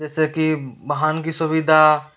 जैसे की वाहन की सुविधा